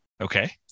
Okay